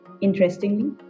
Interestingly